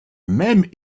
même